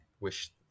wish